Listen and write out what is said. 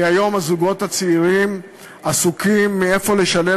כי היום הזוגות הצעירים עסוקים בשאלה מאיפה לשלם